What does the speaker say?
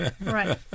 Right